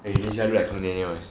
eh this one look like hyuna